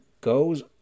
goes